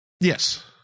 Yes